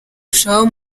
shower